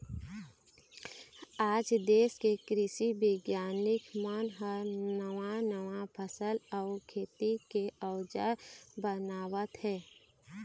आज देश के कृषि बिग्यानिक मन ह नवा नवा फसल अउ खेती के अउजार बनावत हे